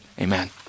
amen